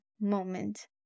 moment